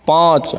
पाँच